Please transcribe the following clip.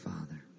Father